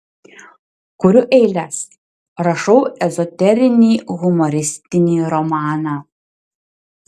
kuriu eiles rašau ezoterinį humoristinį romaną